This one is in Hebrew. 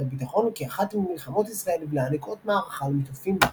הביטחון כאחת ממלחמות ישראל ולהעניק אות מערכה למשתתפים בה.